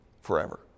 forever